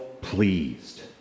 pleased